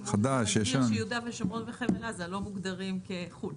יהודה ושומרון וחבל עזה לא מוגדרים כחו"ל.